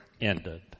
ended